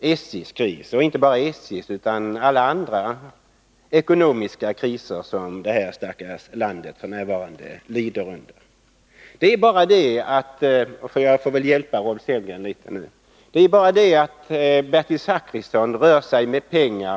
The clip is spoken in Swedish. SJ-krisen och inte bara ur den utan ur alla andra ekonomiska kriser som det här stackars landet f. n. lider under. Det är bara det — jag får väl hjälpa Rolf Sellgren litet nu — att Bertil Zachrisson rör sig med pengar.